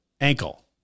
Ankle